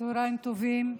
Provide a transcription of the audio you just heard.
צוהריים טובים,